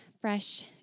fresh